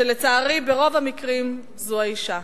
ולצערי ברוב המקרים זו האשה.